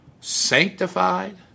sanctified